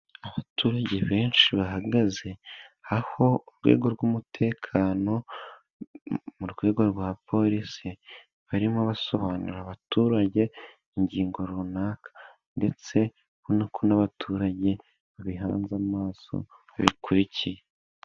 Abaturage benshi bahagaze aho urwego rw'umutekano mu rwego rwa polisi barimo basobanurira abaturage ingingo runaka ndetse arinako n'abaturage babihanze amaso babikurikiye.